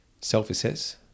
self-assess